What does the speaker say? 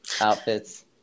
outfits